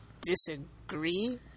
disagree